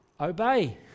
obey